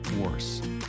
worse